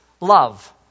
love